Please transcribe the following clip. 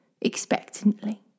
expectantly